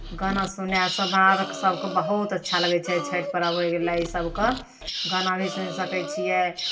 गाना सुनयसँ बाहरक सभके बहुत अच्छा लगै छै छठि पर्व होइ गेलै इसभके गाना भी सुनि सकै छियै